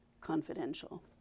confidential